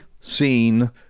seen